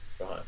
right